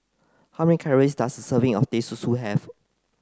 how many calories does a serving of Teh Susu have